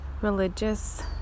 religious